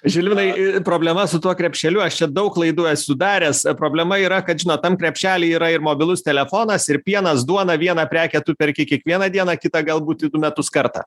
žilvinai problema su tuo krepšeliu aš čia daug klaidų esu daręs problema yra kad žinot tam krepšely yra ir mobilus telefonas ir pienas duona vieną prekę tu perki kiekvieną dieną kitą galbūt metus kartą